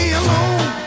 alone